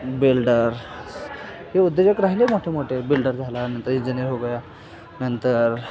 builder हे उद्योजक राहिले मोठे मोठे बिल्डर झाल्यानंतर इंजिनीअर हो गया नंतर